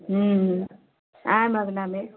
ह्म्म ह्म्म आइम अगिला बेर